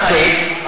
אתה צועק.